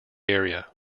area